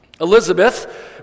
Elizabeth